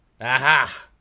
Aha